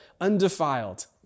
undefiled